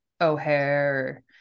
O'Hare